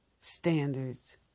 standards